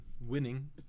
winning